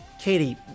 Katie